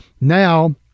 Now